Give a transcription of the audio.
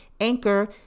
Anchor